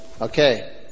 Okay